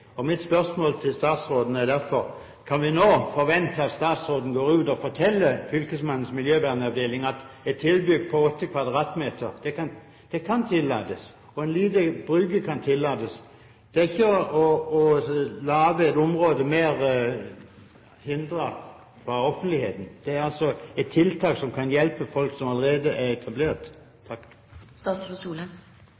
Mitt spørsmål til statsråden er derfor: Kan vi nå forvente at statsråden går ut og forteller fylkesmannens miljøvernavdeling at et tilbygg på 8 m2 kan tillates, og at en liten brygge kan tillates? Det er ikke å lage et område mer til hinder for offentligheten; det er et tiltak som kan hjelpe folk som allerede er etablert.